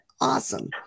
Awesome